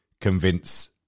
convince